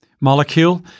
molecule